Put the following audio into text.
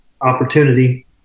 opportunity